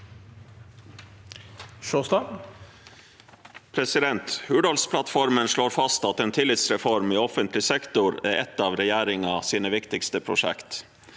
Hurdalsplattformen slår fast at en tillitsreform i offentlig sektor er et av regjeringens viktigste prosjekt.